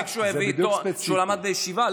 מספיק שהוא למד בישיבה?